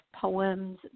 poems